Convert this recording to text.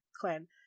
clan